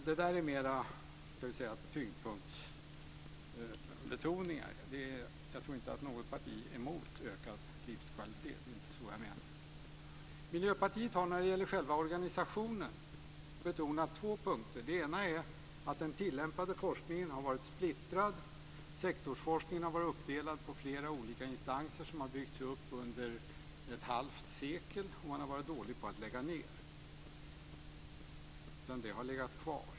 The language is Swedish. Det här är mer av tyngdpunktsbetoning. Jag tror inte att något parti är mot en ökad livskvalitet; det är alltså inte så jag menar. Miljöpartiet har när det gäller själva organisationen betonat två punkter: Dels gäller det att den tillämpade forskningen har varit splittrad. Sektorsforskningen har varit uppdelad på flera olika instanser som byggts upp under ett halvt sekel och man har varit dålig på att lägga ned. I stället har saker legat kvar.